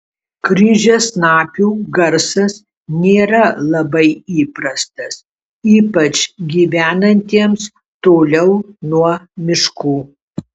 kryžiasnapių garsas nėra labai įprastas ypač gyvenantiems toliau nuo miškų